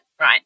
right